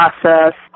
process